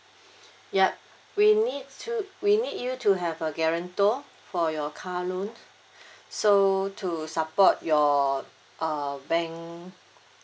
yup we need to we need you to have a guarantor for your car loan so to support your uh bank